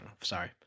Sorry